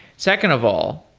second of all,